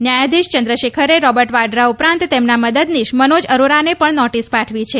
ન્યાયાધીશ ચંદ્રશેખરે રોબર્ટ વાડરા ઉપરાંત તેના મદદનીશ મનોજ અરોરાને પણ નોટીસ પાઠવી છે